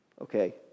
okay